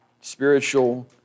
spiritual